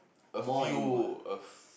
a few of